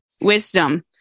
wisdom